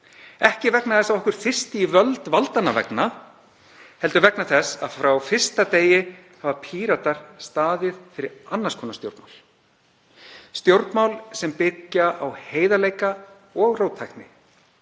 ekki vegna þess að okkur þyrsti í völd valdanna vegna heldur vegna þess að frá fyrsta degi hafa Píratar staðið fyrir annars konar stjórnmál, stjórnmál sem byggja á heiðarleika og róttækni,